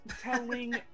Telling